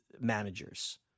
managers